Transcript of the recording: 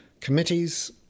committees